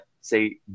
say